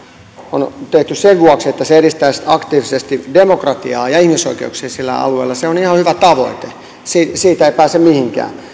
on tehty sen vuoksi että se edistäisi aktiivisesti demokratiaa ja ihmisoikeuksia sillä alueella se on ihan hyvä tavoite siitä siitä ei pääse mihinkään